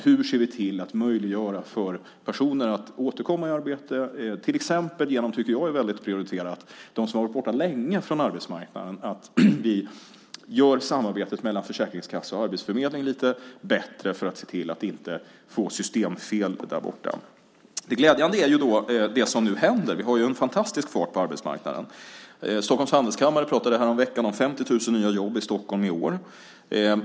Hur ser vi till att göra det möjligt för personer att återkomma i arbete? Något som jag tycker är väldigt prioriterat är de som har varit borta länge från arbetsmarknaden och att vi gör samarbetet mellan försäkringskassa och arbetsförmedling bättre så att vi inte får systemfel. Det som nu händer är glädjande. Vi har ju en fantastisk fart på arbetsmarknaden. Stockholms handelskammare pratade häromveckan om 50 000 nya jobb i Stockholm i år.